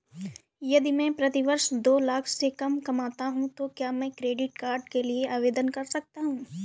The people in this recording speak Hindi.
यदि मैं प्रति वर्ष दो लाख से कम कमाता हूँ तो क्या मैं क्रेडिट कार्ड के लिए आवेदन कर सकता हूँ?